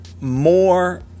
more